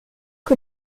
que